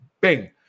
Bing